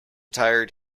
tired